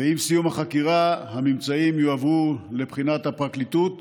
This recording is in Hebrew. ועם סיום החקירה הממצאים יועברו לבחינת הפרקליטות